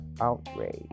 outrage